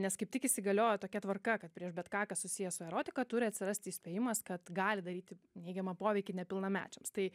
nes kaip tik įsigaliojo tokia tvarka kad prieš bet ką kas susiję su erotika turi atsirasti įspėjimas kad gali daryti neigiamą poveikį nepilnamečiams tai